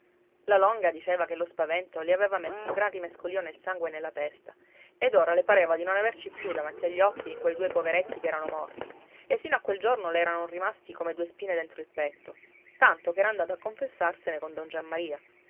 la longa diceva che lo spavento le aveva messo un gran rimescolio nel sangue e nella testa ed ora le pareva di non averci più davanti agli occhi quei due poveretti che erano morti e sino a quel giorno le eran rimasti come due spine dentro il petto tanto che era andata a confessarsene con don giammaria